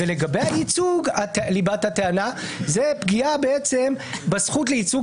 לגבי הייצוג ליבת הטענה היא שיש פגיעה בזכות לייצוג